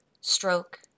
stroke